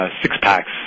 six-packs